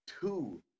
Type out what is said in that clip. two